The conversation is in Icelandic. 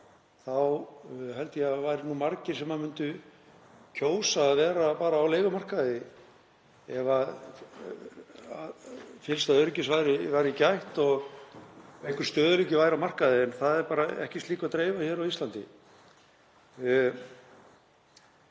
þá held ég að það væru margir sem myndu kjósa að vera á leigumarkaði ef fyllsta öryggis væri gætt og einhver stöðugleiki væri á markaði. En slíku er ekki að dreifa hér á Íslandi.